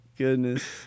Goodness